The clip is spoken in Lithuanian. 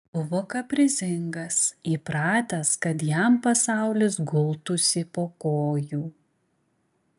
buvo kaprizingas įpratęs kad jam pasaulis gultųsi po kojų